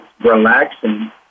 relaxing